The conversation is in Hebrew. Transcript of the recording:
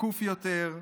זקוף יותר,